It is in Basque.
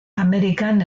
amerikan